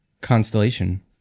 constellation